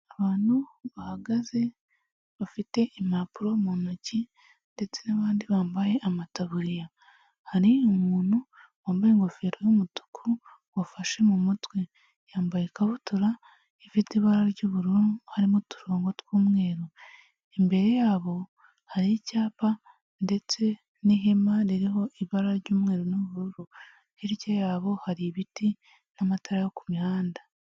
Abantu bahagaze bafite impapuro mu ntoki ndetse n'abandi bambaye amataburiya, hari umuntu wambaye ingofero y'umutuku wafashe mu mutwe. Yambaye ikabutura ifite ibara ry'ubururu harimo uturongo tw'umweru, imbere ya bo hari icyapa ndetse n'ihema ririho ibara ry'umweru n'ubururu. Hirya ya bo hari ibiti n'amatara yo ku mihanda.